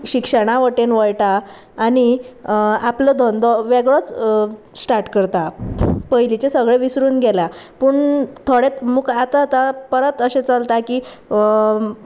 शिक्षणा वटेन वळटा आनी आपलो धंदो वेगळोच स्टार्ट करता पयलींचे सगळें विसरून गेल्या पूण थोडे मुखार आतां आतां परत अशें चलता की